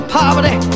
poverty